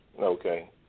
Okay